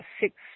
six